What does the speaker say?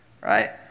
right